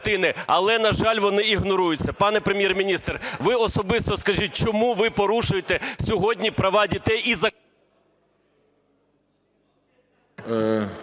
Але, на жаль, вони ігноруються. Пане Прем'єр-міністре, ви особисто скажіть, чому ви порушуєте сьогодні права дітей...